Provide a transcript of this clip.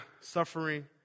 suffering